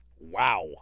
Wow